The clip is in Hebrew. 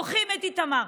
דוחים את איתמר,